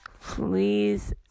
please